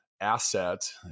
asset